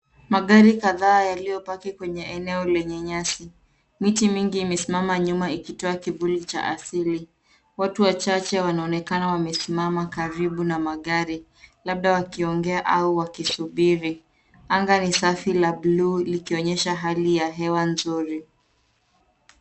Magari kadhaa yaliyopaki kwenye eneo lenye nyasi. Miti mingi imesimama nyuma ikitoa kivuli cha asili. Watu wachache wanaonekana wamesimama karibu na magari labda wakiongea au wakisubiri. Anga ni safi la bluu likionyesha hali ya hewa nzuri.